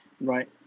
Right